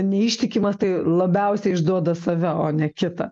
neištikimas tai labiausiai išduoda save o ne kitą